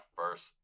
first